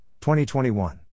2021